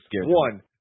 One